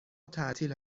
تعطیل